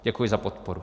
Děkuji za podporu.